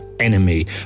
enemy